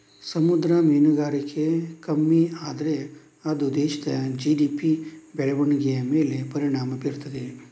ಸಮುದ್ರ ಮೀನುಗಾರಿಕೆ ಕಮ್ಮಿ ಆದ್ರೆ ಅದು ದೇಶದ ಜಿ.ಡಿ.ಪಿ ಬೆಳವಣಿಗೆಯ ಮೇಲೆ ಪರಿಣಾಮ ಬೀರ್ತದೆ